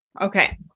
Okay